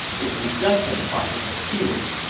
if you judge him by his appearance,